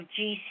GC